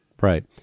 Right